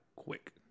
Quick